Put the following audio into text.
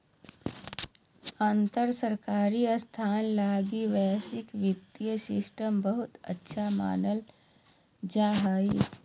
अंतर सरकारी संस्थान लगी वैश्विक वित्तीय सिस्टम बहुते अच्छा मानल जा हय